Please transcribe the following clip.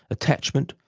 attachment,